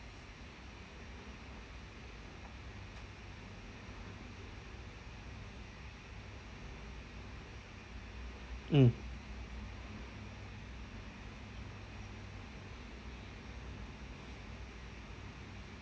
mm